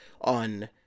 on